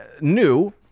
new